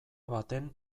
baten